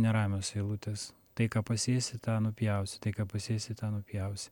neramios eilutės tai ką pasėsi tą nupjausit tai ką pasėsi tą nupjausi